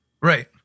Right